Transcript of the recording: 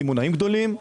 קמעונאים גדולים,